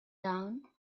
down